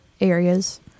areas